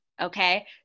okay